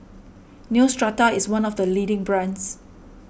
Neostrata is one of the leading brands